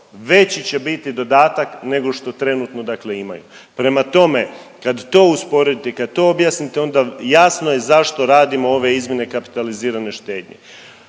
veći će biti dodatak nego što trenutno dakle imaju. Prema tome, kad to usporedite, kad to objasnite, onda jasno je zašto radimo ove izmjene kapitalizirane štednje.